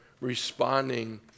responding